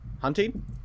Hunting